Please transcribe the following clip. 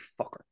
fucker